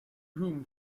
whom